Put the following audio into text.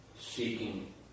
seeking